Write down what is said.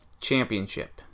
championship